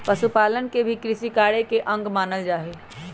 पशुपालन के भी कृषिकार्य के अंग मानल जा हई